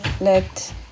let